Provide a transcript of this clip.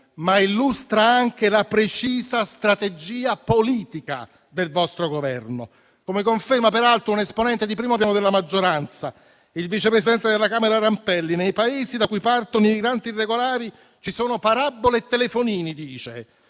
ma illustra anche la precisa strategia politica del vostro Governo. La conferma peraltro un esponente di primo piano della maggioranza, il vice presidente della Camera Rampelli, quando dice che nei Paesi da cui partono i migranti irregolari ci sono parabole e telefonini.